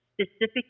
specific